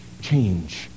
change